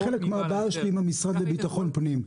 זה חלק מהבעיה שלי עם המשרד לביטחון פנים.